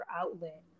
outlet